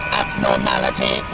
abnormality